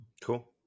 Cool